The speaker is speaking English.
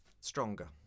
stronger